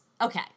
okay